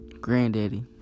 Granddaddy